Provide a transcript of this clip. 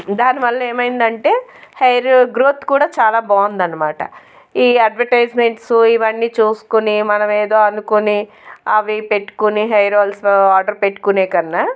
దానివల్ల ఏమైంది అంటే హెయిర్ గ్రోత్ కూడా చాల బాగుంది అన్నమాట ఈ అడ్వర్టైజ్మెంట్సు ఇవన్నీ చూసుకుని మనం ఎదో అనుకుని అవి పెట్టుకుని హెయిర్ ఆయిల్స్ ఆర్డర్ పెట్టుకునే కన్నా